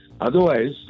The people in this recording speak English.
otherwise